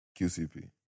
QCP